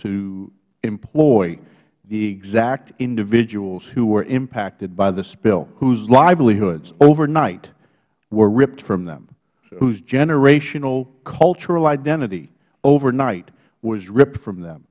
to employ the exact individuals who were impacted by the spill whose livelihoods overnight were ripped from them whose generational cultural identity overnight was ripped from them